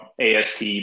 AST